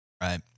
right